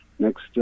Next